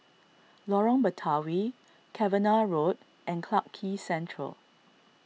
Lorong Batawi Cavenagh Road and Clarke Quay Central